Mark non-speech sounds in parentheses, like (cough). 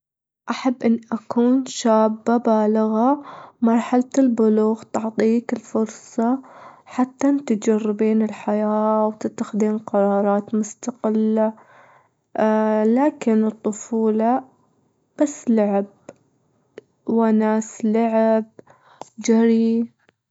أحب أني أكون شابة بالغة، مرحلة البلوغ تعطيك الفرصة حتان تجربين الحياة وتتخدين قرارات مستقلة، (hesitation) لكن الطفولة بس لعب، ونس لعب جري.